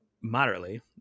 moderately